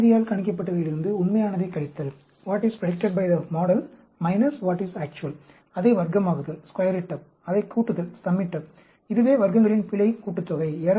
மாதிரியால் கணிக்கப்பட்டவையிலிருந்து உண்மையானதைக் கழித்தல் What is predicted by the model minus what is actual அதை வர்க்கமாக்குதல் அதை கூட்டுதல் இதுவே வர்க்கங்களின் பிழை கூட்டுத்தொகை